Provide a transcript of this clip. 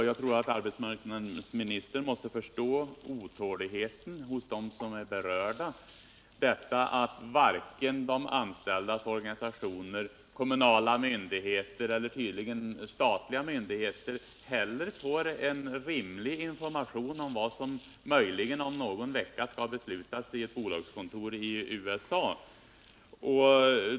Jag tror att arbetsmarknadsministern måste förstå otåligheten hos dem som är berörda — detta att inte de anställdas organisationer, kommunala myndigheter och tydligen inte heller statliga myndigheter får en rimlig information om vad som möjligen om någon vecka skall beslutas i ett bolagskontor i USA.